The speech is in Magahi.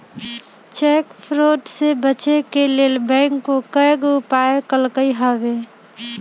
चेक फ्रॉड से बचे के लेल बैंकों कयगो उपाय कलकइ हबे